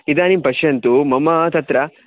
इदानीं पश्यन्तु मम तत्र